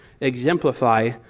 exemplify